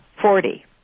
Forty